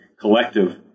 collective